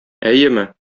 әйеме